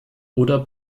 oder